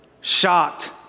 shocked